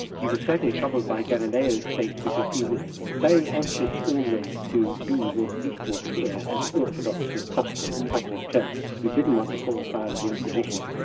he was certainly troubled by galileo's fate because he was very anxious always to be, or at least to appear, as orthodox as possible in catholic terms. he didn't want to fall foul of the inquisition,